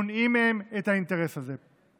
מונעים מהם את האינטרס הזה.